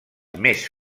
més